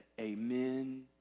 Amen